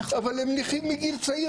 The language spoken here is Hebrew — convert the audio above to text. אבל הם נכים מגיל צעיר מאוד.